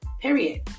period